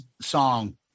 song